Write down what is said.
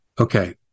Okay